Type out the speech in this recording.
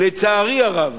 לצערי הרב.